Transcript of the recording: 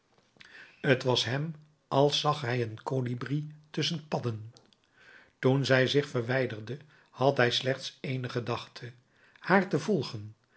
t was hem als zag hij een colibri tusschen padden toen zij zich verwijderde had hij slechts ééne gedachte haar te volgen